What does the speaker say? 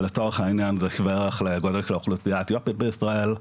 לצורך העניין זה שווה ערך לקהילה האתיופית בישראל.